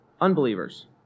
unbelievers